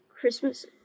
Christmas